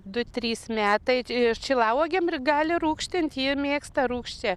du trys metai šilauogėm ir gali rūgštint ji mėgsta rūgščią